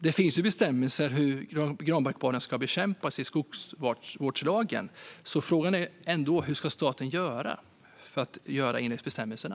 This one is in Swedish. Det finns ju bestämmelser i skogsvårdslagen om hur granbarkborren ska bekämpas, så frågan är hur staten gör för att följa bestämmelserna.